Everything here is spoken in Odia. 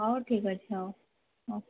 ହଉ ଠିକ୍ ଅଛି ହଉ ହଉ